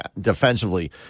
defensively